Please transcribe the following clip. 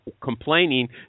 complaining